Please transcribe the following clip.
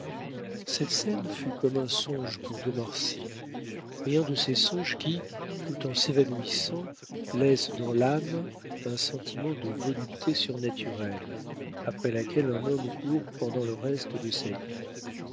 cette scène fut comme un songe pour de marsay mais un de ces songes qui tout en s'évanouissant laissent dans l'âme un sentiment de volupté surnaturelle après laquelle un homme court pendant le reste de sa vie